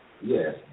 Yes